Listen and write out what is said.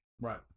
right